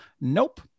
nope